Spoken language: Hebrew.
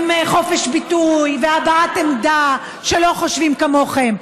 עם חופש ביטוי והבעת עמדה שלא חושבים כמוכם,